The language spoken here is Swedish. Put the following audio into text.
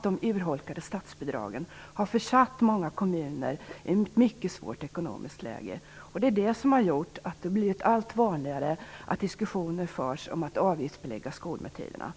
De urholkade statsbidragen har försatt många kommuner i ett mycket svårt ekonomiskt läge. Det har gjort att det blivit allt vanligare att diskussioner förs om att avgiftsbelägga skolmåltiderna.